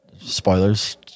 spoilers